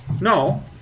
No